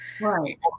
Right